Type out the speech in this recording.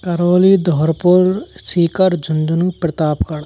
Karauli Dholpur Sikar Jhunjhunu Pratapgarh